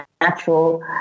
natural